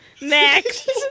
next